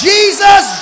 Jesus